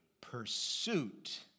pursuit